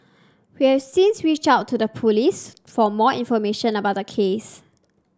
we've since reached out to the police for more information about the case